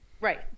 right